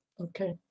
Okay